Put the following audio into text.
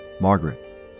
Margaret